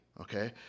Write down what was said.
okay